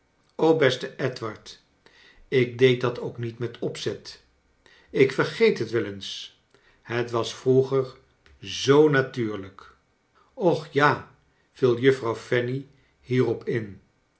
och beste edward ik deed dat ook niet met opzet ik vergeet het wel eens het was vroeger zoo natuurlijk qch ja viel juffrouw fanny hierop in